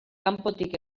kanpotik